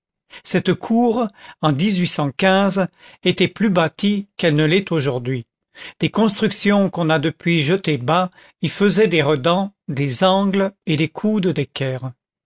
cette cour en était plus bâtie qu'elle ne l'est aujourd'hui des constructions qu'on a depuis jetées bas y faisaient des redans des angles et des coudes d'équerre